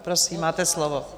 Prosím, máte slovo.